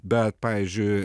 bet pavyzdžiui